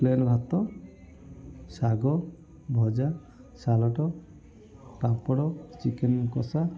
plain ଭାତ ଶାଗ ଭଜା ସାଲାଡ୍ ପାମ୍ପଡ଼ ଚିକେନ୍ କଷା